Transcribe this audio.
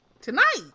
Tonight